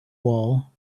wall